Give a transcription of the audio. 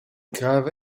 grave